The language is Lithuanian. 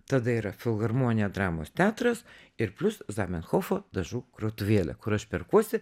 tada yra filharmonija dramos teatras ir plius zamenhofo dažų krautuvėlė kur aš perkuosi